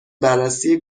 بررسی